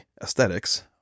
aesthetics